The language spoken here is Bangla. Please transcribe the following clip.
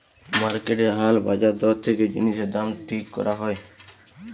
মার্কেটের হাল বাজার দর দেখে জিনিসের দাম ঠিক করা হয়